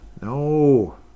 No